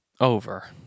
Over